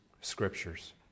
scriptures